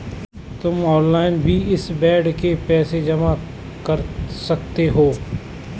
तुम ऑनलाइन भी इस बेड के पैसे जमा कर सकते हो